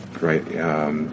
Right